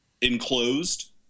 enclosed